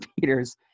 Peters